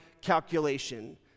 calculation